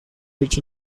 rich